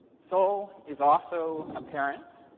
so is also a parent.